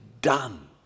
done